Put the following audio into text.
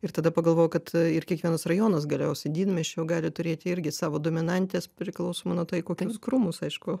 ir tada pagalvojau kad ir kiekvienas rajonas galiausiai didmiesčio gali turėti irgi savo dominantes priklausomai nuo tai kokius krūmus aišku